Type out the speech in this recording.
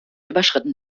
überschritten